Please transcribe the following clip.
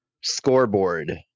scoreboard